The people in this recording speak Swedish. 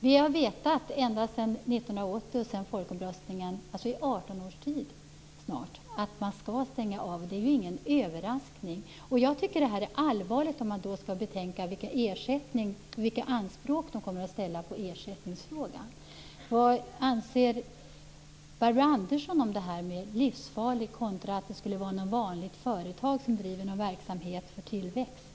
Vi har vetat ända sedan 1980 års folkomröstning, alltså i snart 18 års tid, att man skall stänga av. Det är ingen överraskning. Jag tycker att det här är allvarligt då man betänker vilka anspråk som kommer att ställas i ersättningsfrågan. Vad anser Barbro Andersson om detta med livsfarlig kontra att det skulle vara ett vanligt företag som driver en verksamhet för tillväxt?